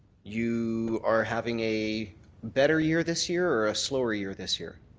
you are having a better year this year a slower year this year?